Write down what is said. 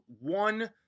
one